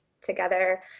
together